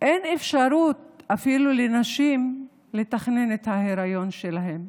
אין אפשרות לנשים לתכנן את ההיריון שלהן.